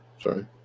sorry